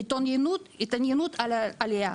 התעניינות על העלייה.